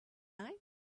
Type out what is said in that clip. night